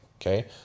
Okay